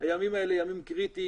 הימים האלה ימים קריטיים.